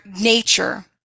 nature